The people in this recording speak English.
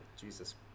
Jesus